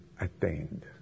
attained